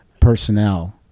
personnel